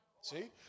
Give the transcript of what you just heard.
see